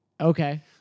Okay